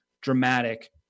dramatic